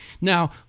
Now